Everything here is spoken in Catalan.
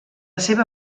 seva